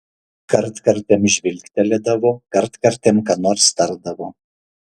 kartkartėm žvilgtelėdavo kartkartėm ką nors tardavo